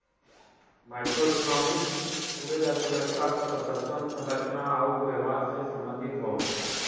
macroeconomics पूरे अर्थव्यवस्था क प्रदर्शन, संरचना आउर व्यवहार से संबंधित हौ